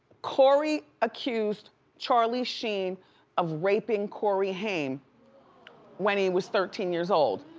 corey accused charlie sheen of raping corey haim when he was thirteen years old.